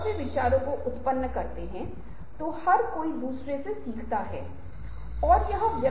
इसलिए यहां कुछ तकनीकें हैं जो मैंने आपके साथ साझा की हैं और यह उन स्लाइड्स में उपलब्ध है जिन्हें मैं साझा कर रहा हूं